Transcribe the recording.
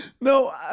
No